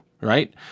right